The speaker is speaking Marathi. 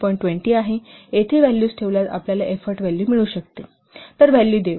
20 आहे येथे व्हॅल्यूज ठेवल्यास आपल्याला एफोर्ट व्हॅल्यू मिळू शकते तर व्हॅल्यू देऊ